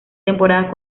temporadas